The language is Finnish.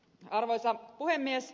arvoisa puhemies